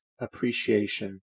Appreciation